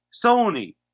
Sony